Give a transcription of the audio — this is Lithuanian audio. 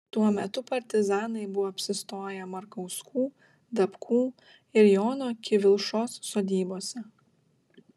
tuo metu partizanai buvo apsistoję markauskų dapkų ir jono kivilšos sodybose